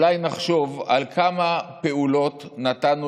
אולי נחשוב לכמה פעולות נתנו